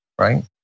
right